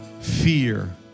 fear